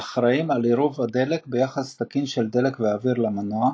האחראיים על עירוב ביחס תקין של דלק ואוויר למנוע,